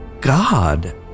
God